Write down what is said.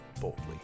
boldly